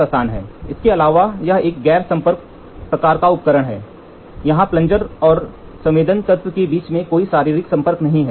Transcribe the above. इसके अलावा यह एक गैर संपर्क प्रकार का उपकरण है जहां प्लनजर और संवेदन तत्व के बीच कोई शारीरिक संपर्क नहीं है